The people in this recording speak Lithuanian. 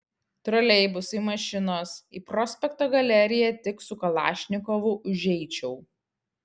troleibusai mašinos į prospekto galeriją tik su kalašnikovu užeičiau